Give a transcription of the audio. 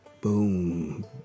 Boom